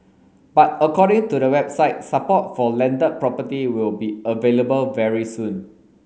but according to the website support for landed property will be available very soon